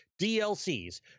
DLCs